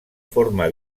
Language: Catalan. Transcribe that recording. forma